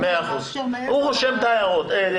הוא רושם את ההערות האלה.